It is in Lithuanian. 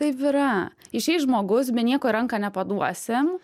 taip yra išeis žmogus be nieko į ranką neparduosim